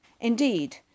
Indeed